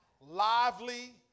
lively